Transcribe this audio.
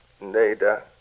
Nada